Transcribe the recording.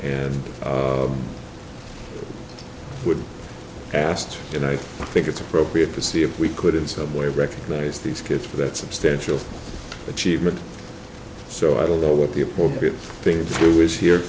and would past and i think it's appropriate see if we could in some way recognize these kids for that substantial achievement so i don't know what the appropriate thing to do is here